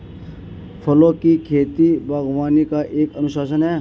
फूलों की खेती, बागवानी का एक अनुशासन है